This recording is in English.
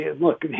look